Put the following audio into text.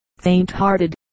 faint-hearted